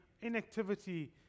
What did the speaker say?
inactivity